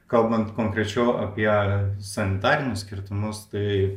kalbant konkrečiau apie sanitarinius kirtimus tai